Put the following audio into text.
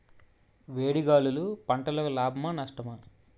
వేడి గాలులు పంటలకు లాభమా లేక నష్టమా?